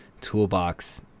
toolbox